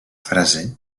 frase